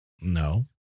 No